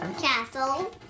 Castle